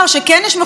ולא רק לשלטון,